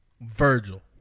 Virgil